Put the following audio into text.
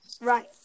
right